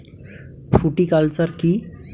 Fruticulture কী?